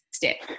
step